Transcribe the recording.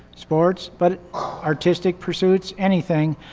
sports, but artistic pursuits, anything.